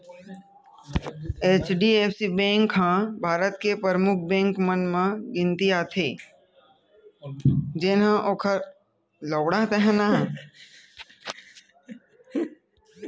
HDFC bank ह भारत के परमुख बेंक मन म गिनती आथे, जेनहा बरोबर बेंकिग वाले कारज ल करथे